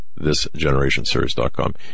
ThisGenerationSeries.com